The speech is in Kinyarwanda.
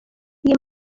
iyi